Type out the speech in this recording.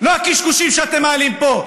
לא הקשקושים שאתם מעלים פה.